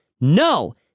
No